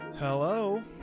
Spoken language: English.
Hello